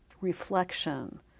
reflection